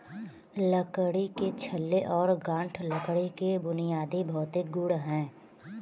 लकड़ी के छल्ले और गांठ लकड़ी के बुनियादी भौतिक गुण हैं